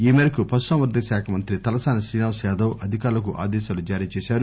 ఈ మేరకు పశు సంవర్గక శాఖ మంత్రి తలసాని శ్రీనివాస యాదవ్ అధికారులకు ఆదేశాలు ఇచ్చారు